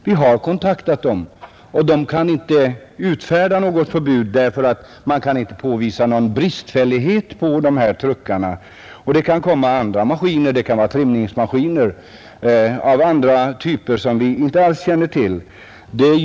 Vi har kontaktat denna, men inspektionen kan inte utfärda något förbud, eftersom man inte kan påvisa någon bristfällighet hos dessa truckar. Det kan förekomma även andra maskiner, t.ex. trimningsmaskiner, av typer som vi inte alls känner till.